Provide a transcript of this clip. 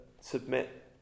submit